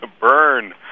Burn